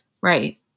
Right